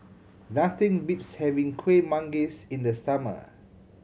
nothing beats having Kuih Manggis in the summer